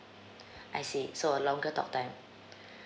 I see so a longer talk time